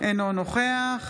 אינו נוכח